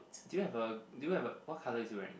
do you have a do you have a what colour is he wearing